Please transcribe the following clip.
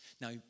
Now